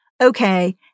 Okay